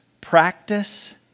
practice